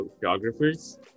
photographers